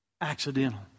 accidental